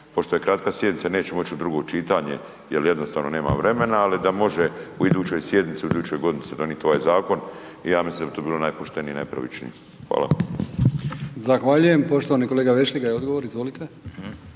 pošto je kratka sjednica neće moći u drugo čitanje jel jednostavno nema vremena, ali da može u idućoj sjednici u idućoj godini se donijet ovaj zakon ja mislim da bi to bilo najpoštenije i najpravičnije. Hvala. **Brkić, Milijan (HDZ)** Zahvaljujem. Poštovani kolega Vešligaj, odgovor izvolite.